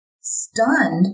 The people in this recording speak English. Stunned